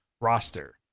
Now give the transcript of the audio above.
roster